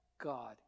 God